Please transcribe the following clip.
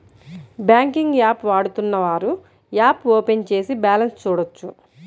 banking app వాడుతున్నవారు app open చేసి balance చూడొచ్చు